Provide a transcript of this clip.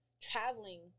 traveling